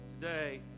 Today